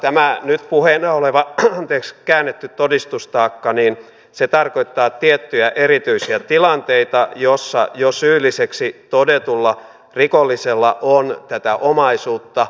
tämä nyt puheena oleva käännetty todistustaakka tarkoittaa tiettyjä erityisiä tilanteita joissa jo syylliseksi todetulla rikollisella on tätä omaisuutta